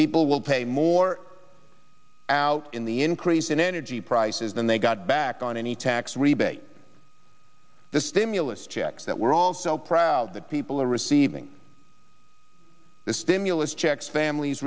people will pay more out in the increase in energy prices than they got back on any tax rebate the stimulus checks that we're all so proud that people are receiving the stimulus checks families